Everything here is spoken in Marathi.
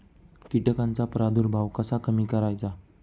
कीटकांचा प्रादुर्भाव कसा कमी करायचा?